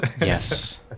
Yes